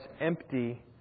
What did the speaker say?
empty